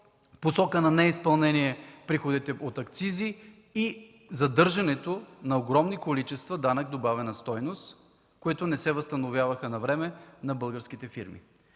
страната, неизпълнението на приходите от акцизи и задържането на огромни количества данък добавена стойност, които не се възстановяваха навреме на българските фирми.